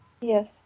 Yes